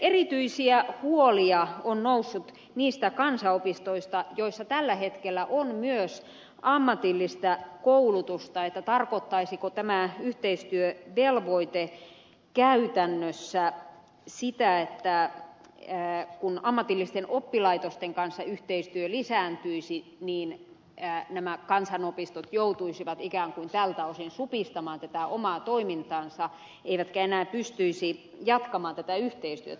erityisiä huolia on noussut niistä kansanopistoista joissa tällä hetkellä on myös ammatillista koulutusta että tarkoittaisiko tämä yhteistyövelvoite käytännössä sitä että kun ammatillisten oppilaitosten kanssa yhteistyö lisääntyisi niin nämä kansanopistot joutuisivat ikään kuin tältä osin supistamaan tätä omaa toimintaansa eivätkä enää pystyisi jatkamaan tätä yhteistyötä